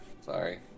Sorry